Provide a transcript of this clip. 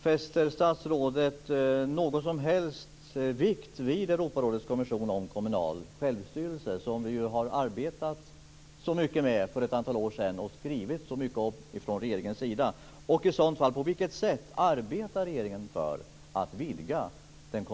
Fäster statsrådet någon som helst vikt vid Europarådets konvention om kommunal självstyrelse, som vi ju arbetade så mycket med för ett antal år sedan och som regeringen har skrivit så mycket om?